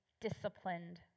disciplined